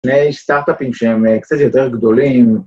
‫שני סטארט-אפים שהם קצת יותר גדולים.